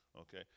Okay